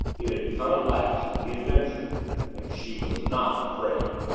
it had come at last the adventure and she was not afraid!